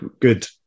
good